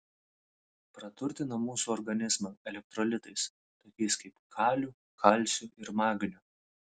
praturtina mūsų organizmą elektrolitais tokiais kaip kaliu kalciu ir magniu